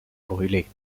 brûlé